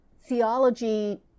theology